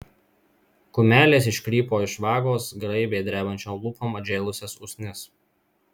kumelės iškrypo iš vagos graibė drebančiom lūpom atžėlusias usnis